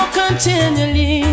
continually